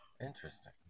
Interesting